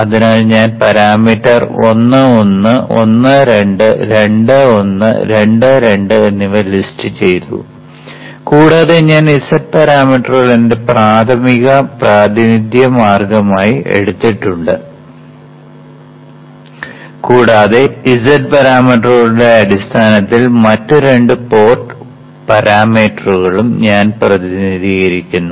അതിനാൽ ഞാൻ പാരാമീറ്റർ 1 1 1 2 2 1 2 2 എന്നിവ ലിസ്റ്റ് ചെയ്തു കൂടാതെ ഞാൻ z പാരാമീറ്ററുകൾ എന്റെ പ്രാഥമിക പ്രാതിനിധ്യ മാർഗമായി എടുത്തിട്ടുണ്ട് കൂടാതെ z പാരാമീറ്ററുകളുടെ അടിസ്ഥാനത്തിൽ മറ്റ് രണ്ട് പോർട്ട് പാരാമീറ്ററുകളെയും ഞാൻ പ്രതിനിധീകരിക്കുന്നു